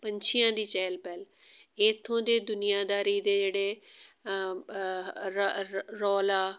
ਪੰਛੀਆਂ ਦੀ ਚਹਿਲ ਪਹਿਲ ਇੱਥੋਂ ਦੇ ਦੁਨੀਆਂਦਾਰੀ ਦੇ ਜਿਹੜੇ ਰੌਲਾ